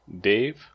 Dave